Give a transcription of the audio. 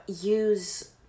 use